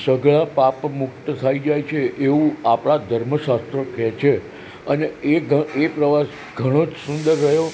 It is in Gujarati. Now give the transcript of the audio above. સઘળાં પાપ મુક્ત થઈ જાય છે એવું આપણા ધર્મ શાસ્ત્રો કહે છે અને એ ઘ એ પ્રવાસ ઘણો જ સુંદર રહ્યો